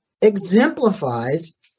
exemplifies